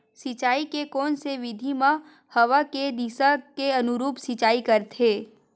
सिंचाई के कोन से विधि म हवा के दिशा के अनुरूप सिंचाई करथे?